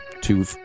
two